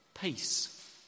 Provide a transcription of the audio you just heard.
Peace